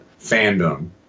fandom